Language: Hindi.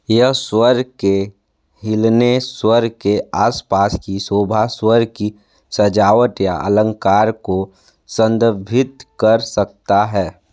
यह स्वर के हिलने स्वर के आसपास की शोभा स्वर की सजावट या अलंकार को संदर्भित कर सकता है